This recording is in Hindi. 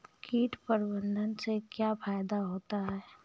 कीट प्रबंधन से क्या फायदा होता है?